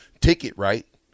Ticket-right